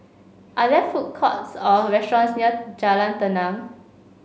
are there food courts or restaurants near Jalan Tenang